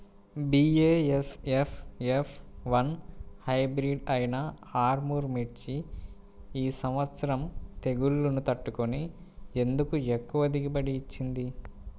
BASF F one hybrid అయినా ఆర్ముర్ మిర్చి ఈ సంవత్సరం తెగుళ్లును తట్టుకొని ఎందుకు ఎక్కువ దిగుబడి ఇచ్చింది?